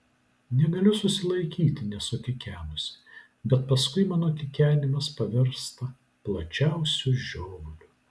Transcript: negaliu susilaikyti nesukikenusi bet paskui mano kikenimas pavirsta plačiausiu žiovuliu